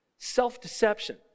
self-deception